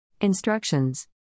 Instructions